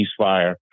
ceasefire